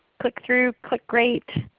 click through, click rate,